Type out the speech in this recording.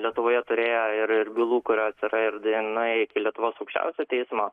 lietuvoje turėję ir ir bylų kurios yra ir deja nuėję iki lietuvos aukščiausiojo teismo